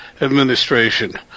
administration